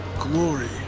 glory